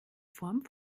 form